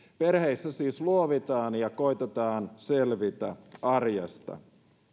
perheissä siis luovitaan ja koetetaan selvitä arjesta